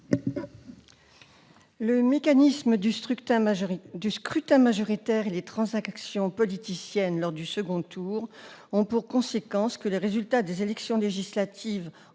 Le mécanisme du scrutin majoritaire et les tractations politiciennes lors du second tour ont pour conséquence que les résultats des élections législatives, en nombre